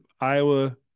Iowa